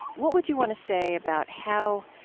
what would you want to say about how